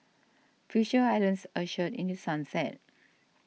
Future Islands ushered in The Sunset